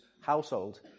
household